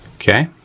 okay,